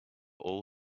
all